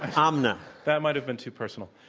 omna. that might have been too personal.